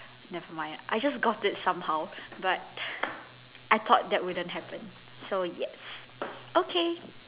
never mind I just got it somehow but I thought that wouldn't happen so yes okay